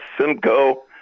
Simcoe